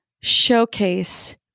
showcase